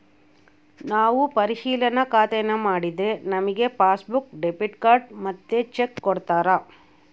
ನಾವು ಪರಿಶಿಲನಾ ಖಾತೇನಾ ಮಾಡಿದ್ರೆ ನಮಿಗೆ ಪಾಸ್ಬುಕ್ಕು, ಡೆಬಿಟ್ ಕಾರ್ಡ್ ಮತ್ತೆ ಚೆಕ್ಕು ಕೊಡ್ತಾರ